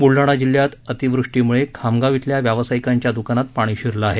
बुलडाणा जिल्ह्यात अतिवृष्टीमुळे खामगाव इथल्या व्यावसायिकांच्या दुकानात पाणी शिरलं आहे